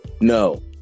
No